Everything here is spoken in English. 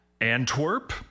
Antwerp